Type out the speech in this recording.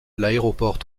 l’aéroport